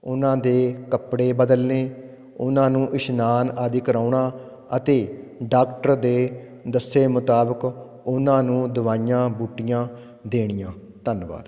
ਉਨ੍ਹਾਂ ਦੇ ਕੱਪੜੇ ਬਦਲਨੇ ਉਹਨਾਂ ਨੂੰ ਇਸ਼ਨਾਨ ਆਦਿ ਕਰਾਉਣਾ ਅਤੇ ਡਾਕਟਰ ਦੇ ਦੱਸੇ ਮੁਤਾਬਕ ਉਹਨਾਂ ਨੂੰ ਦਵਾਈਆਂ ਬੂਟੀਆਂ ਦੇਣੀਆਂ ਧੰਨਵਾਦ